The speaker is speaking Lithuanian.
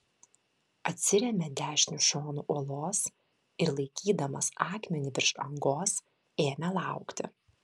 atsirėmė dešiniu šonu uolos ir laikydamas akmenį virš angos ėmė laukti